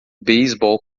beisebol